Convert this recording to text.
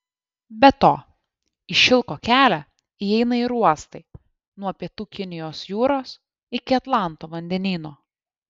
be to į šilko kelią įeina ir uostai nuo pietų kinijos jūros iki atlanto vandenyno